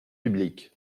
publiques